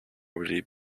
already